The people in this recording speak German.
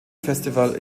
festival